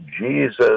Jesus